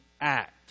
act